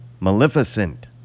Maleficent